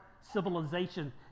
civilization